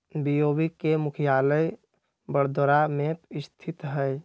BOB के मुख्यालय बड़ोदरा में स्थित हइ